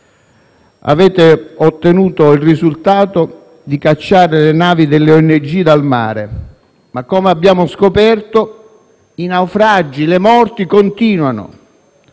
Avete ottenuto il risultato di cacciare le navi delle ONG dal mare, ma - come abbiamo scoperto - i naufragi e le morti continuano.